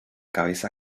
cabeza